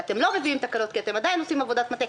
שאתם לא מביאים תקנות כי אתם עדיין עושים עבודת מטה,